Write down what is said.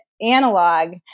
analog